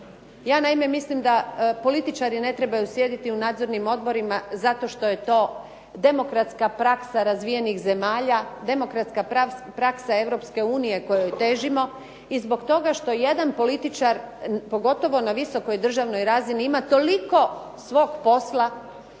Ja naime mislim da političari ne trebaju sjediti u nadzornim odborima zato što je to demokratska praksa razvijenih zemalja, demokratska praksa Europske unije kojoj težimo i zbog toga što jedan političar, pogotovo na visokoj državnoj razini ima toliko svog posla